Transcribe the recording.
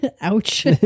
ouch